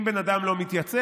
אם בן אדם לא מתייצב,